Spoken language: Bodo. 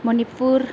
मणिपुर